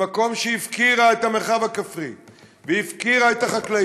במקום שהיא הפקירה את המרחב הכפרי והפקירה את החקלאים,